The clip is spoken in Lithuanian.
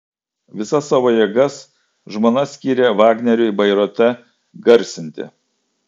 visas savo jėgas žmona skyrė vagneriui bairoite garsinti